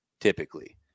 typically